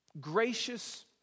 gracious